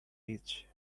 rich